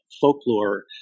folklore